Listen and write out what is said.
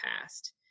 past